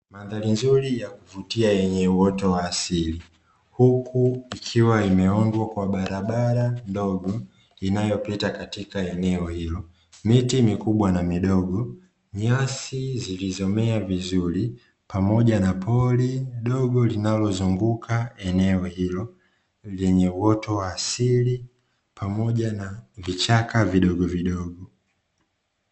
Mandhari nzuri ya kuvutia yenye uoto wa asili huku ikiwa imeundwa kwa barabara ndogo inayopita katika eneo hilo, miti mikubwa na midogo, nyasi zilizomea vizuri pamoja na pori dogo linalozunguka eneo hilo lenye uoto asili pamoja na vichaka vidogovidogo.